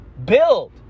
Build